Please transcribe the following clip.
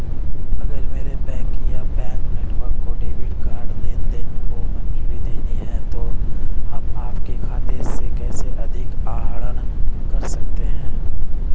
अगर मेरे बैंक या बैंक नेटवर्क को डेबिट कार्ड लेनदेन को मंजूरी देनी है तो हम आपके खाते से कैसे अधिक आहरण कर सकते हैं?